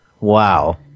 Wow